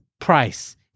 price